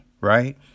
right